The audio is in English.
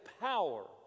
power